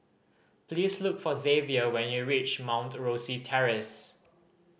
please look for Xzavier when you reach Mount Rosie Terrace